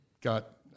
got